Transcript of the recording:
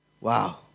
Wow